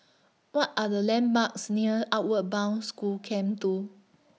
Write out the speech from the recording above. What Are The landmarks near Outward Bound School Camp two